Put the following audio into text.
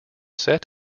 set